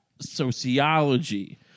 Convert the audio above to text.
Sociology